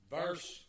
verse